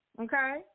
Okay